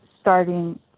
starting